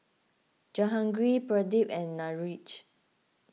Jahangir Pradip and Niraj